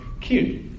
cute